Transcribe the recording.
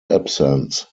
absence